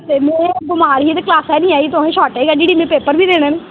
ते में बीमार ही ते क्लासा च नेईं आई तुसें शॉर्टेज कड्ढी ओड़ी में ते पेपर बी देने न